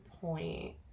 point